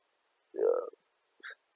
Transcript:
ya